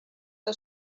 que